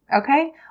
Okay